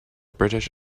british